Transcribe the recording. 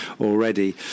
already